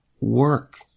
work